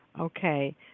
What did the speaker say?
Okay